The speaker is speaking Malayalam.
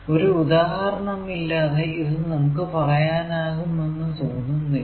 ഒരു ഉദാഹരണമില്ലാതെ ഇത് നമുക്ക് പറയാനാകുമെന്നു തോന്നുന്നില്ല